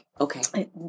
Okay